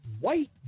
white